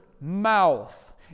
mouth